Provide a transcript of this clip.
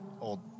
old